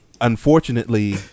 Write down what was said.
unfortunately